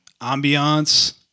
ambiance